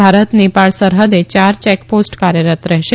ભારત નેપાળ સરહદે યાર ચેકપોસ્ટ કાર્યરત રહેશે